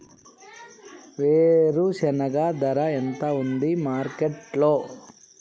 వేరుశెనగ ధర ఎంత ఉంది మార్కెట్ లో?